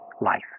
life